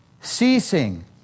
ceasing